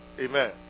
Amen